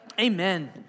Amen